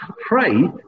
pray